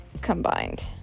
combined